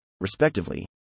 respectively